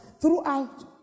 throughout